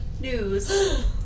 News